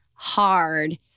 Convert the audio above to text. hard